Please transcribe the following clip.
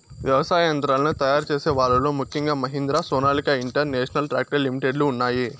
వ్యవసాయ యంత్రాలను తయారు చేసే వాళ్ళ లో ముఖ్యంగా Mahindra, Sonalika international tractor limited లు ఉన్నాయి